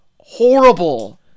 horrible